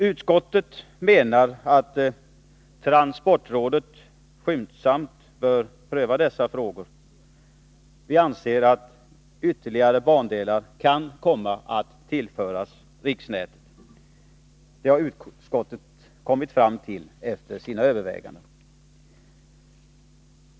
Utskottet menar att transportrådet skyndsamt bör pröva dessa frågor. Vi anser att ytterligare bandelar kan komma att tillföras riksnätet. Det har utskottet kommit fram till efter sina överväganden.